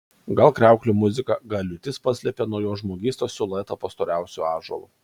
gal kriauklių muzika gal liūtis paslėpė nuo jo žmogystos siluetą po storiausiu ąžuolu